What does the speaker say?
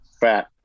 fat